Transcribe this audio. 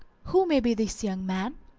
who may be this young man?